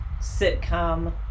sitcom